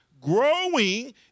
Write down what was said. growing